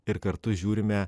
ir kartu žiūrime